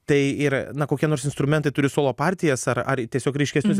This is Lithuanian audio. tai ir na kokie nors instrumentai turi solo partijas ar ar tiesiog ryškesnius